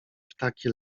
ptaki